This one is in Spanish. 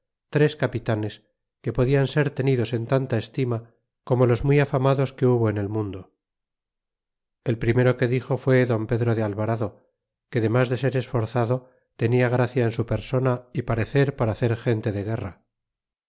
tres capitanes que podian ser tenidos en tanta estima como los muy afamados que hubo en el mundo el primero que dixo fué don pedro de alvarado que de mas de ser esforzado tenia gracia en su persona y parecer para hacer gente de guerra